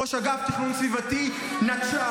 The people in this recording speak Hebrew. ראש אגף תכנון סביבתי נטשה,